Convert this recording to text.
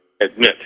admit